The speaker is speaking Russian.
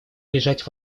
лежать